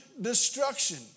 destruction